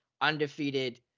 undefeated